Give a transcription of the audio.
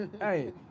hey